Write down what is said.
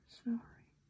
sorry